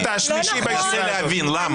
אני מנסה להבין למה.